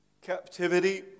captivity